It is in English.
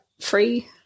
free